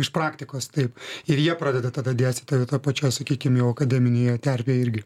iš praktikos taip ir jie pradeda tada dėstytojai toje pačioje sakykim jau akademinėje terpėj irgi